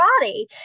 body